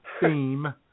theme